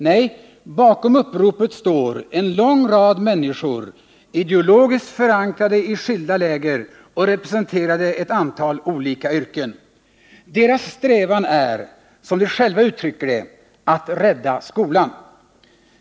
Nej, bakom uppropet står en lång rad människor, ideologiskt förankrade i skilda läger och representerande ett antal olika yrken. Deras strävan är, som de själva uttrycker det, att rädda skolan.